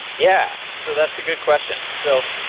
yeah, so that's a good question. so,